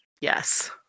Yes